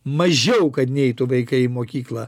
mažiau kad neitų vaikai į mokyklą